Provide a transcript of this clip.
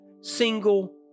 single